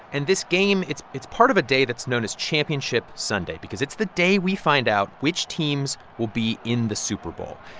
and this game it's it's part of a day that's known as championship sunday because it's the day we find out which teams will be in the super bowl.